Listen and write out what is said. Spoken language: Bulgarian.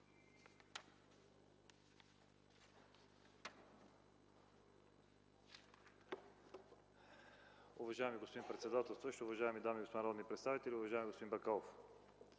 Уважаема госпожо председател, уважаеми дами и господа народни представители! Уважаеми господин Лаков,